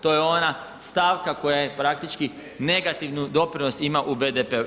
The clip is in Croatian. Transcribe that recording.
To je ona stavka koja praktički negativi doprinos ima u BDP-u.